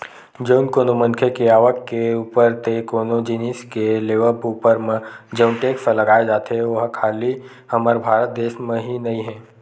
जउन कोनो मनखे के आवक के ऊपर ते कोनो जिनिस के लेवब ऊपर म जउन टेक्स लगाए जाथे ओहा खाली हमर भारत देस म ही नइ हे